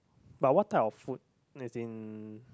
but what type of food as in